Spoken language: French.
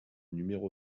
numéro